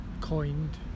coined